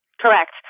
Correct